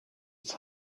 its